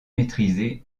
maîtriser